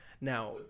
now